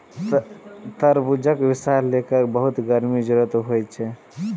तरबूजक विकास लेल बहुत गर्मी जरूरी होइ छै